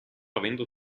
avendo